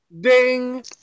ding